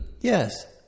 yes